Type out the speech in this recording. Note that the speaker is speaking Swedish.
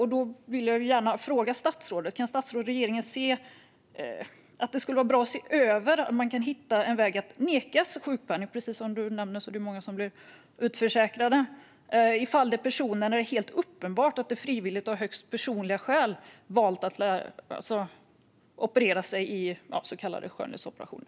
Jag vill gärna fråga statsrådet: Kan statsrådet och regeringen se att det skulle vara bra att se över hur man kan hitta en väg att neka sjukpenning - precis som statsrådet nämnde är det många som blir utförsäkrade - i de fall där det är helt uppenbart att personen frivilligt och av högst personliga skäl har valt att genomgå så kallade skönhetsoperationer?